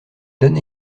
donne